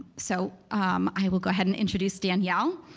so i will go ahead and introduce danyelle.